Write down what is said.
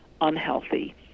unhealthy